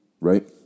right